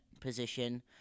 position